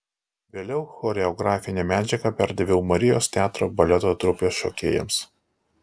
vėliau choreografinę medžiagą perdaviau marijos teatro baleto trupės šokėjams